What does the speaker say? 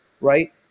right